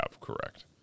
correct